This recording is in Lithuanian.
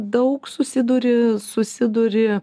daug susiduri susiduri